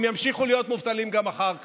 הם ימשיכו להיות מובטלים גם אחר כך.